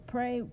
Pray